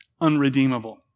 unredeemable